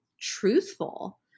truthful